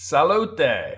Salute